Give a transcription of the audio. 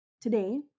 Today